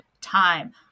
time